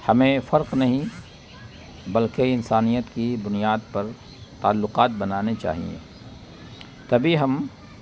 ہمیں فرق نہیں بلکہ انسانیت کی بنیاد پر تعلقات بنانے چاہئیں تبھی ہم